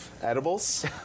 Edibles